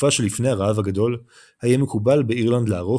בתקופה שלפני הרעב הגדול היה מקובל באירלנד לערוך